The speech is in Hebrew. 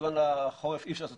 ואנחנו נמשיך ונדבר על זה.